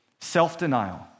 Self-denial